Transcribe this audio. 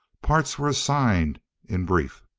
parts were assigned in brief.